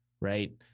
right